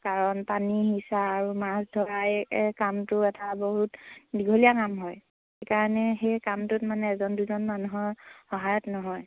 কাৰণ পানী সিঁচা আৰু মাছ ধৰাই কামটো এটা বহুত দীঘলীয়া কাম হয় সেইকাৰণে সেই কামটোত মানে এজন দুজন মানুহৰ সহায়ত নহয়